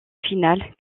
final